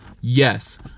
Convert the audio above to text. Yes